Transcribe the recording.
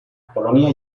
polonia